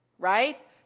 Right